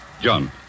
John